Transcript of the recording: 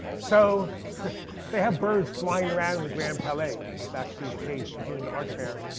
so they have birds flying around the grand palais, it's actually the case during the art fair.